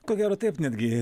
ko gero taip netgi